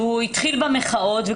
שהוא התחיל במחאות,